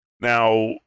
Now